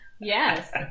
Yes